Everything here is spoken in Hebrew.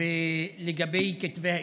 לגבי כתבי האישום?